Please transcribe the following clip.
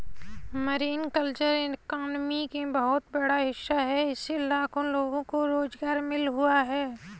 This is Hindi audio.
मरीन कल्चर इकॉनमी में बहुत बड़ा हिस्सा है इससे लाखों लोगों को रोज़गार मिल हुआ है